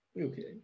Okay